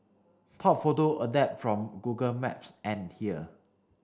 top photo adapted from Google Maps and here